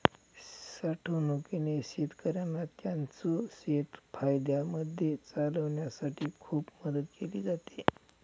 साठवणूकीने शेतकऱ्यांना त्यांचं शेत फायद्यामध्ये चालवण्यासाठी खूप मदत केली आहे